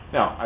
Now